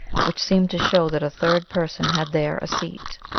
which seemed to show that a third person had there a seat.